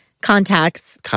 Contacts